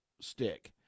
stick